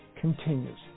continues